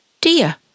dear